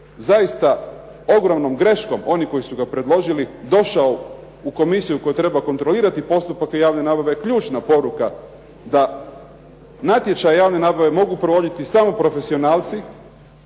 zaista ogromnom greškom onih koji su ga predložili došao u Komisiju koja treba kontrolirati postupke javne nabave je ključna poruka da natječaj javne nabave mogu provoditi samo profesionalci